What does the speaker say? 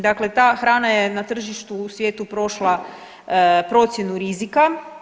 Dakle ta hrana je na tržištu u svijetu prošla procjenu rizika.